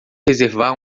reservar